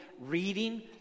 reading